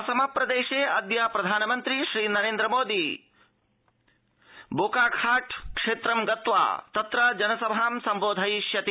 असम प्रदेशेअद्य प्रधानमन्त्री श्रीनोन्द्र मोदी बोकाखाट क्षेत्रं गत्वा तत्र जनसभा संबोधयिष्यति